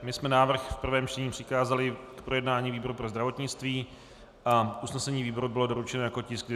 My jsme návrh v prvém čtení přikázali k projednání výboru pro zdravotnictví a usnesení výboru bylo doručeno jako tisk 259/1.